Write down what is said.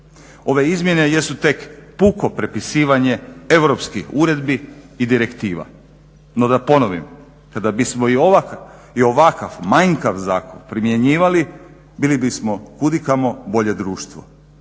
Ove izmjene jesu tek puko prepisivanje europskih uredbi i direktiva. No da ponovim, kada bismo i ovakav manjkav zakon primjenjivali bili bismo kud i kamo bolje društvo